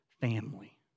family